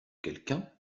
quelqu’un